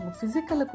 physical